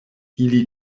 ili